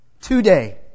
today